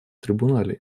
трибунале